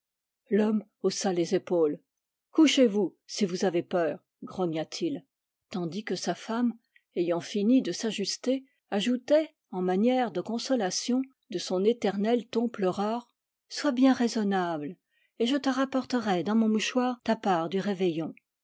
l'homme haussa les épaules couchez-vous si vous avez peur grogna-t-il tandis que sa femme ayant fini de s'ajuster ajoutait en manière de consolation de son éternel ton pleurard sois bien raisonnable et je te rapporterai dans mon mouchoir ta part du réveillon